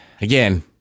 again